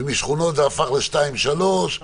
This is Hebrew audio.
ומשכונות זה הפך לשניים-שלושה